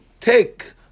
take